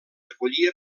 recollia